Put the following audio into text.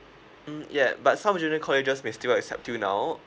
mm ya but some junior colleges may still accept till now